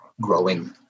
growing